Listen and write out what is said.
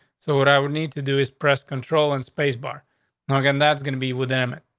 so what i would need to do is press control in space bar again. that's gonna be with intimate.